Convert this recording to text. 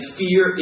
fear